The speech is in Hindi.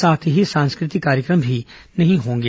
साथ ही सांस्कृतिक कार्यक्रम भी नहीं होंगे